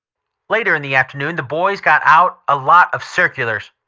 later in the afternoon the boys got out a lot of circulars.